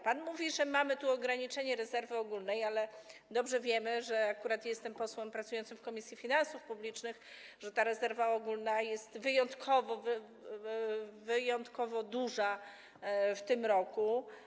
Pan mówi, że mamy tu ograniczenie rezerwy ogólnej, ale dobrze wiemy - akurat jestem posłem pracującym w Komisji Finansów Publicznych - że ta rezerwa ogólna jest wyjątkowo duża w tym roku.